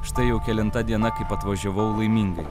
štai jau kelinta diena kaip atvažiavau laimingai